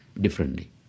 differently